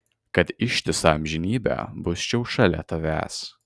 kad ištisą amžinybę busčiau šalia tavęs